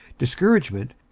discouragement,